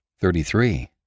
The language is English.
thirty-three